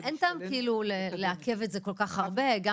אז אין טעם לעכב את זה כל כך הרבה גם